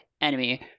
enemy